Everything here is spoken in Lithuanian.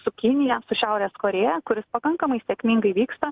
su kinija su šiaurės korėja kuris pakankamai sėkmingai vyksta